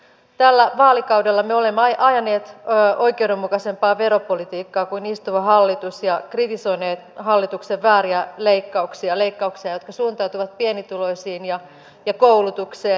tällä vaalikaudella me olemme ajaneet oikeudenmukaisempaa veropolitiikkaa kuin istuva hallitus ja kritisoineet hallituksen vääriä leikkauksia leikkauksia jotka suuntautuvat pienituloisiin ja koulutukseen